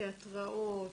תיאטראות,